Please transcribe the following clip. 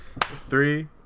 Three